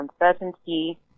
uncertainty